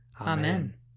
Amen